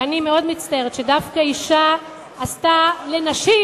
ואני מאוד מצטערת שדווקא אשה עשתה לנשים